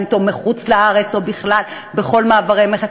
אתו מחוץ-לארץ או בכלל בכל מעברי מכס.